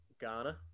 Ghana